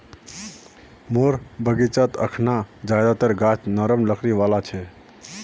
मोर बगीचात अखना ज्यादातर गाछ नरम लकड़ी वाला छ